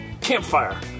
campfire